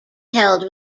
held